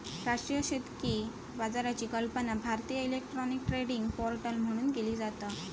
राष्ट्रीय शेतकी बाजाराची कल्पना भारतीय इलेक्ट्रॉनिक ट्रेडिंग पोर्टल म्हणून केली जाता